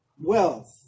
wealth